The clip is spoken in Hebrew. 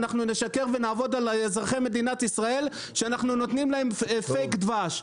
ואנחנו נשקר ונעבוד על אזרחי מדינת ישראל שאנחנו נותנים להם פייק דבש.